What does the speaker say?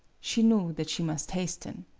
she knew that she must hasten.